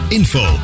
info